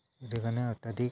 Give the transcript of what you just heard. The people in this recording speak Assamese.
সেইটোকাৰণে অত্যাধিক